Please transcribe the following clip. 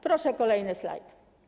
Proszę o kolejny slajd.